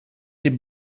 den